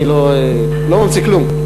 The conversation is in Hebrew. אני לא ממציא כלום,